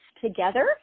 together